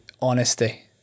honesty